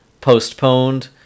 postponed